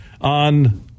on